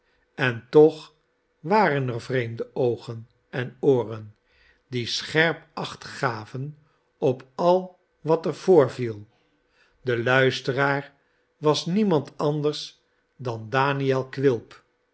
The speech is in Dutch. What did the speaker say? en toch waren er vreemde oogen en ooren die scherp acht gaven op al wat er voorviel de luisteraar was niemand anders dan daniel quilp